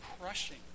crushing